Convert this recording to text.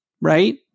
right